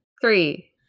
three